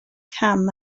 cam